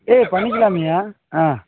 ஏ பண்ணிக்கலாம்ய்யா ஆ